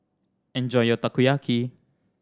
enjoy your Takoyaki